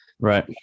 Right